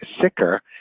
sicker